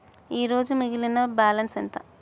ఈరోజు మిగిలిన బ్యాలెన్స్ ఎంత?